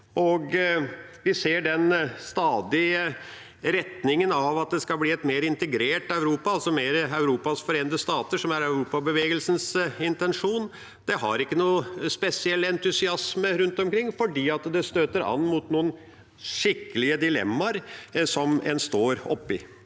Vi ser også stadig retningen av at det skal bli et mer integrert Europa, altså mer Europas forente stater, som er Europabevegelsen intensjon. Det har ikke noen spesiell entusiasme rundt omkring, fordi det støter an mot noen skikkelige dilemmaer som en står oppe